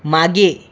मागे